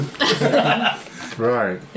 Right